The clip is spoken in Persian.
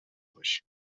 باشیم